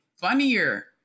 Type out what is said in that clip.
funnier